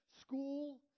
school